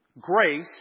Grace